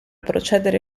procedere